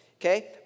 okay